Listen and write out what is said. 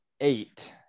eight